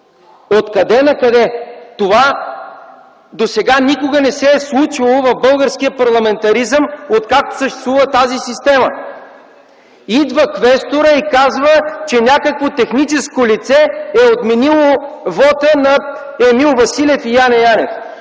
Откъде-накъде?! Това досега никога не се е случвало в българския парламентаризъм, откакто съществува тази система. Идва квесторът и казва, че някакво техническо лице е отменило вота на Емил Василев и Яне Янев,